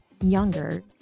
younger